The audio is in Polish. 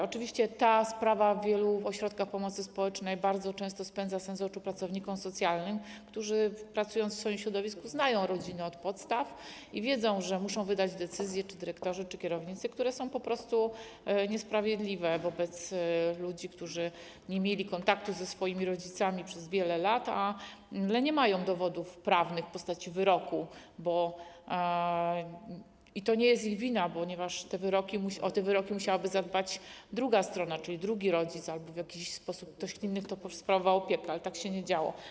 Oczywiście ta sprawa w wielu ośrodkach pomocy społecznej bardzo często spędza sen z powiek pracownikom socjalnym, którzy pracując w swoim środowisku, znają rodziny od podstaw i wiedzą, że muszą wydać decyzje - czy dyrektorzy, czy kierownicy - które są po prostu niesprawiedliwe wobec ludzi, którzy nie mieli kontaktu ze swoimi rodzicami przez wiele lat, ale nie mają dowodów prawnych w postaci wyroku i to nie jest ich wina, ponieważ o te wyroki musiałaby zadbać druga strona, czyli drugi rodzic albo w jakiś sposób ktoś inny, kto sprawował opiekę, ale tak się nie działo.